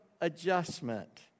adjustment